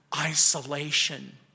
isolation